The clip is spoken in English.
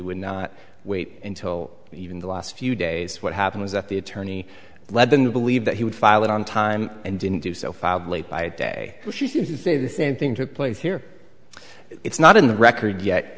would not wait until even the last few days what happened was that the attorney led them to believe that he would file it on time and didn't do so filed late by a day the same thing took place here it's not in the record yet